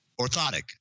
Orthotic